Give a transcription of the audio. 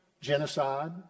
genocide